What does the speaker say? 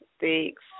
Thanks